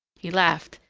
he laughed,